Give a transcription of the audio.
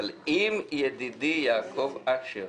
אבל אם ידידי יעקב אשר